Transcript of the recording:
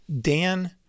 Dan